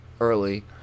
early